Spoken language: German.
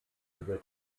über